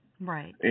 Right